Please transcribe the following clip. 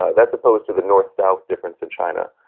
ah that's opposed to the north-south difference in china.